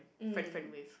friend friend with